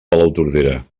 palautordera